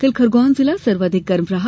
कल खरगोन जिला सर्वाधिक गर्म रहा